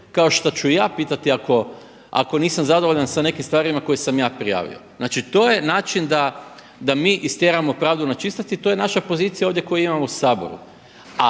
kao što ću i ja pitati ako nisam zadovoljan sa nekim stvarima koje sam ja prijavio. Znači to je način da mi istjeramo pravdu na čistac i to je naša pozicija ovdje koju imamo u Saboru.